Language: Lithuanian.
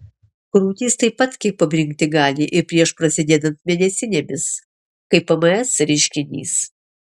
krūtys taip pat kiek pabrinkti gali ir prieš prasidedant mėnesinėms kaip pms reiškinys